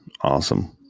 Awesome